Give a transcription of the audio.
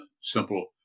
simple